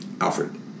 Alfred